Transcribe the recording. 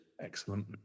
Excellent